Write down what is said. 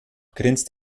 grinst